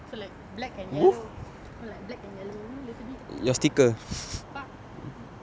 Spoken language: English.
so like black and yellow black and yellow you know little bit fuck